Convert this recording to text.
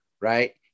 right